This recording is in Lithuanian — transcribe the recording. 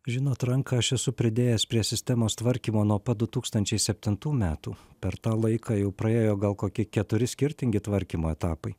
žinot ranką aš esu pridėjęs prie sistemos tvarkymo nuo pat du tūkstančiai septintų metų per tą laiką jau praėjo gal kokie keturi skirtingi tvarkymo etapai